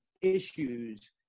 issues